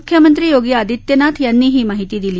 मुख्यमंत्री योगी अदित्यनाथ यांनी ही माहिती दिली